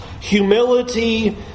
humility